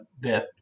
death